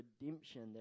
redemption